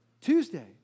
Tuesday